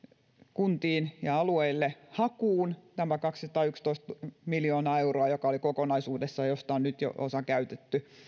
kuntiin ja alueille lähtee hakuun tämä kaksisataayksitoista miljoonaa euroa joka se oli kokonaisuudessaan ja josta on nyt jo osa käytetty